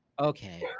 okay